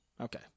Okay